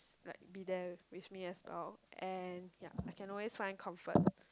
like be there with me as well and ya I can always find comfort